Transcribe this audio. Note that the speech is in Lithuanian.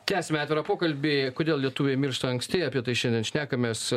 tęsiame atvirą pokalbį kodėl lietuviai miršta anksti apie tai šiandien šnekamės